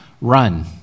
run